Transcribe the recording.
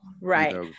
right